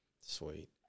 Sweet